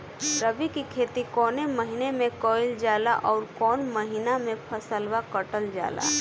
रबी की खेती कौने महिने में कइल जाला अउर कौन् महीना में फसलवा कटल जाला?